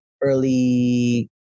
early